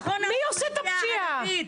מי עושה את הפשיעה?